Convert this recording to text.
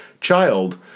child